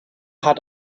hat